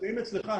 הנתונים אצלך.